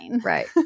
right